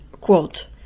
quote